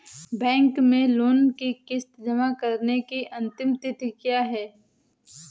Bank में loan की किश्त जमा कराने की अंतिम तिथि क्या है?